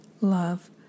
love